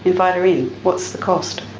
invite her in. what's the cost?